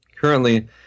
Currently